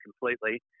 completely